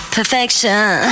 Perfection